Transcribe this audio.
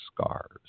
Scars